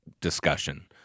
discussion